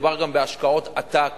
מדובר גם בהשקעות עתק.